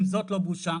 אם זאת לא בושה.